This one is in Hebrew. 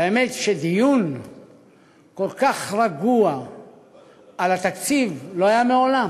והאמת היא שדיון כל כך רגוע על התקציב לא היה מעולם.